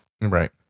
right